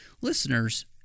listeners